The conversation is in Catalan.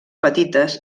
petites